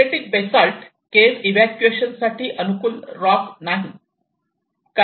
tachylytic basalt cave excavation साठी अनुकूल rock नाही